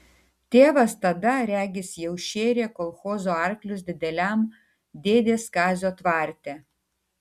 tėvas tada regis jau šėrė kolchozo arklius dideliam dėdės kazio tvarte